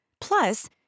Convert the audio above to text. Plus